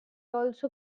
also